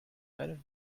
better